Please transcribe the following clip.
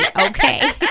okay